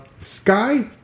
Sky